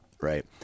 right